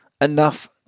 enough